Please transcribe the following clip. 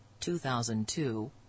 2002